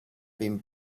been